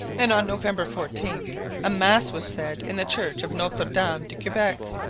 and on november fourteen a mass was said in the church of notre-dame-de-quebec,